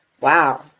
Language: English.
wow